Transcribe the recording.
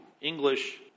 English